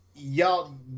Y'all